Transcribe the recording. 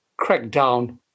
crackdown